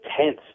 tense